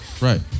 Right